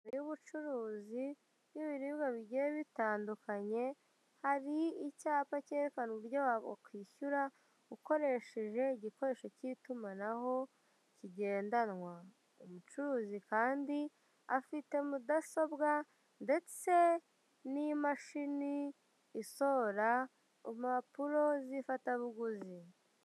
.... y'ubucuruzi n'ibiribwa bigiye bitandukanye, hari icyapa cyerekana uburyo wakwishyura ukoresheje igikoresho cy'itumanaho kigendanwa. Umucuruzi kandi afite mudasobwa ndetse n'imashini isohora impapuro z'ifatabuguzi.